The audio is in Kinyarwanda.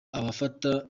abafata